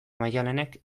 maialenek